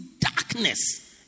darkness